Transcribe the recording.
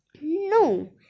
No